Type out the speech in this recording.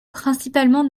principalement